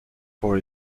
for